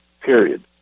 period